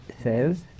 says